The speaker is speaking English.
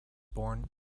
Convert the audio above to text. born